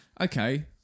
Okay